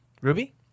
Ruby